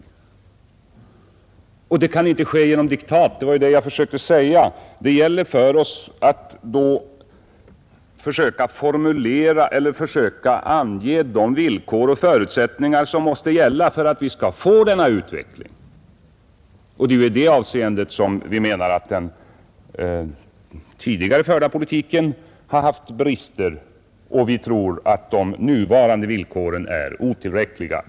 Denna målsättning kan inte förverkligas genom diktat, vilket jag tidigare har försökt säga. Det gäller för oss att försöka formulera eller ange de villkor och förutsättningar som måste erbjudas för att vi skall få denna utveckling. I detta avseende anser vi att den tidigare förda politiken har haft brister, och vi tror att de nuvarande åtgärderna är otillräckliga.